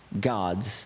God's